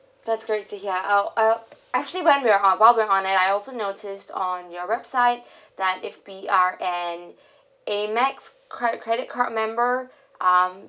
that's great to hear I'll I'll actually while we're on it I also noticed on your website that if we are an amex credit credit card member um